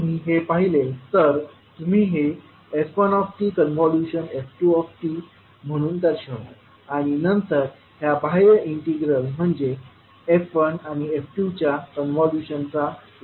तुम्ही जर हे पाहिले तर तुम्ही हे f1tf2t म्हणून दर्शवाल आणि नंतर हा बाह्य इंटिग्रल म्हणजे f1 आणि f2च्या कॉन्व्होल्यूशनचा लाप्लास आहे